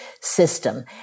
system